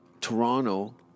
Toronto